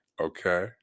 okay